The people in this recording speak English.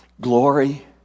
Glory